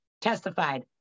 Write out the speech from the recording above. testified